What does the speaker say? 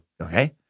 Okay